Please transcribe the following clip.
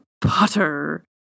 Potter